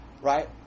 Right